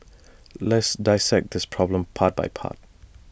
let's dissect this problem part by part